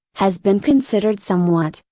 has been considered somewhat,